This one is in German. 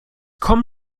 komm